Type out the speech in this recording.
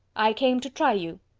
i came to try you.